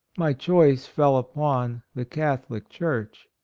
my choice fell upon the catholic church,